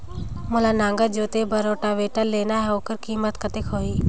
मोला नागर जोते बार रोटावेटर लेना हे ओकर कीमत कतेक होही?